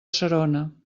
serona